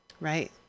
Right